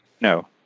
No